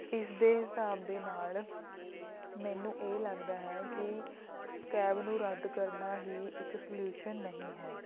ਇਸ ਦੇ ਹਿਸਾਬ ਦੇ ਨਾਲ ਮੈਨੂੰ ਇਹ ਲਗਦਾ ਹੈ ਕਿ ਕੈਬ ਨੂੰ ਰੱਦ ਕਰਨਾ ਹੀ ਇੱਕ ਸੋਲੀਯੂਸ਼ਨ ਨਹੀਂ ਹੈ